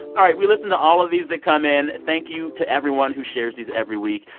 all right. we listen to all of these that come in. thank you to everyone who shares these every week.